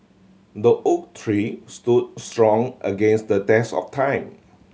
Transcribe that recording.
the oak tree stood strong against the test of time